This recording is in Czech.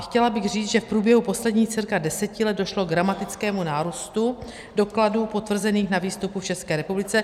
Chtěla bych říct, že v průběhu posledních cirka deseti let došlo k dramatickému nárůstu dokladů potvrzených na výstupu v České republice.